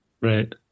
Right